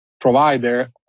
provider